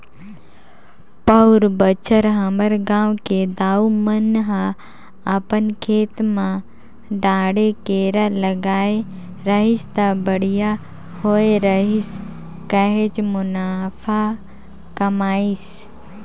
पउर बच्छर हमर गांव के दाऊ मन ह अपन खेत म डांड़े केरा लगाय रहिस त बड़िहा होय रहिस काहेच मुनाफा कमाइस